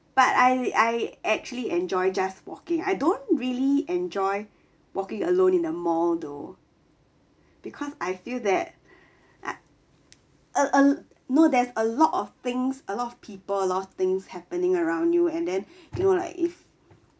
but I I actually enjoy just walking I don't really enjoy walking alone in a mall though because I feel that I a a no there's a lot of things a lot of people a lot of things happening around you and then you know like if